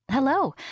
Hello